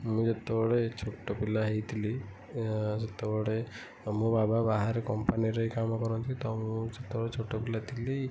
ମୁଁ ଯେତେବେଳେ ଛୋଟ ପିଲା ହେଇଥିଲି ସେତେବେଳେ ମୋ ବାବା ବାହାରେ କମ୍ପାନୀରେ ରହି କାମ କରନ୍ତି ତ ମୁଁ ଯେତେବେଳେ ଛୋଟ ପିଲା ଥିଲି